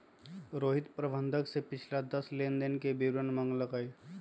रोहित प्रबंधक से पिछले दस लेनदेन के विवरण मांगल कई